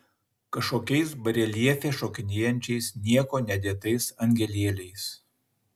kažkokiais bareljefe šokinėjančiais niekuo nedėtais angelėliais